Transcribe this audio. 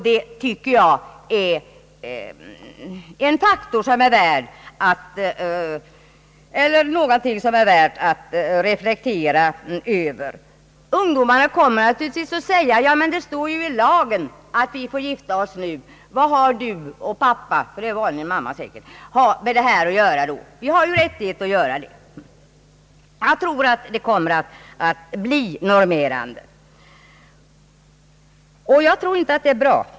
Det tycker jag är någonting som är värt att reflektera över. Ungdomarna kommer naturligtvis att säga att det står i lagen att de får gifta sig när de är 18 år. Vad har mamma och pappa då att göra med det? Jag tror att lagen kommer att bli normerande på det här sättet, och det tror jag inte är bra.